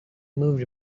moved